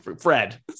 Fred